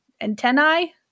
antennae